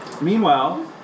Meanwhile